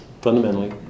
fundamentally